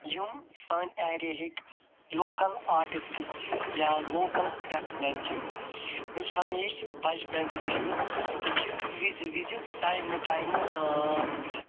یِم سٲنۍ ایریِہِکۍ لوکَل آرٹِسٹٕس چھِ یا لوکَل کرٛافٹِس مین چھِ مےٚ چھِ ہَمیشہٕ بَچپَن پٮ۪ٹھ وٕچھمٕژ تِم چھِ وِزِ وِزِ ٹایمہٕ ٹایمہٕ